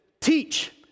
teach